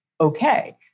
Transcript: okay